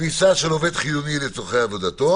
"כניסה של עובד חיוני לצורכי עבודתו